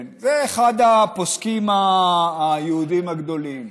זה אחד הפוסקים היהודים הגדולים.